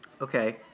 Okay